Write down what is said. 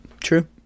true